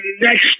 next